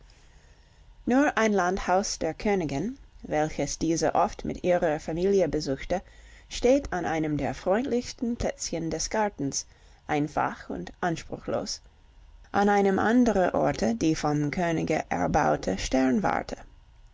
nur ein landhaus der königin welches diese oft mit ihrer familie besuchte steht an einem der freundlichsten plätzchen des gartens einfach und anspruchslos an einem andere orte die vom könige erbaute